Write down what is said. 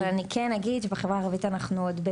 אבל אני כן אגיד שבחברה הערבית אנחנו עוד,